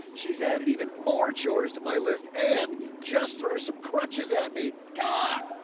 she's added even more chores to my list and just threw some crutches at me. god,